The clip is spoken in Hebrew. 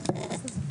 בפרנסתו.